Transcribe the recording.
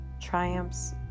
triumphs